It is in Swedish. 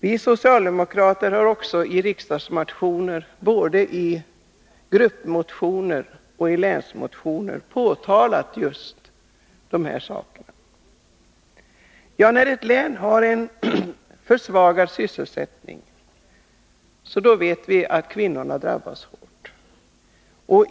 Vi socialdemokrater har också påtalat de här svagheterna både i gruppmotioner och i länsmotioner. Vi vet att i ett län med försvagad sysselsättning drabbas kvinnorna mycket hårt.